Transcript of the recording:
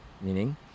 Meaning